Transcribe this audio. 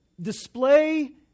display